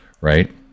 right